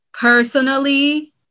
Personally